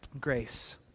grace